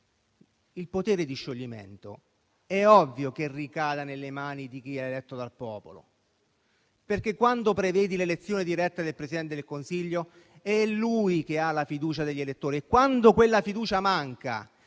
al potere di scioglimento, è ovvio che esso ricada nelle mani di chi è eletto dal popolo. Quando si prevede l'elezione diretta del Presidente del Consiglio, è lui ad avere la fiducia degli elettori. E, quando quella fiducia manca